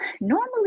normally